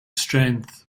strength